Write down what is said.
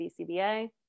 BCBA